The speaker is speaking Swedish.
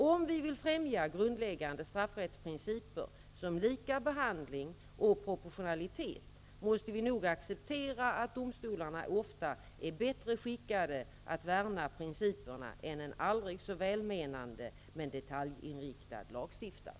Om vi vill främja grundläggande straffrättsprinciper som lika behandling och proportionalitet måste vi nog acceptera att domstolarna ofta är bättre skickade att värna principerna än en aldrig så välmenande men detaljinriktad lagstiftare.